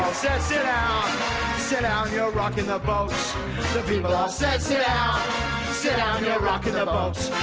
sit down sit down you're rockin' the boat the people all said sit down sit down you're rockin' the boat